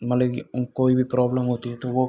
मतलब कि कोई भी प्रॉब्लम होती है तो वह